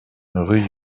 rue